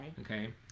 Okay